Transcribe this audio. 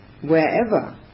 wherever